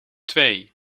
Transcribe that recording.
twee